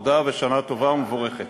תודה ושנה טובה ומבורכת.